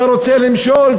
אתה רוצה למשול?